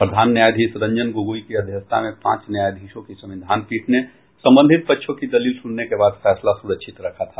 प्रधान न्यायाधीश रंजन गोगोई की अध्यक्षता में पांच न्यायाधीशों की संविधान पीठ ने संबंधित पक्षों की दलील सुनने के बाद फैसला सुरक्षित रखा था